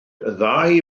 dau